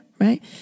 right